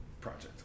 project